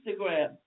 Instagram